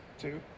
two